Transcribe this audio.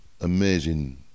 amazing